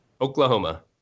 Oklahoma